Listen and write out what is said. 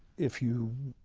if you,